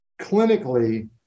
clinically